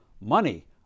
Money